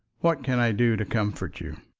what can i do to comfort you?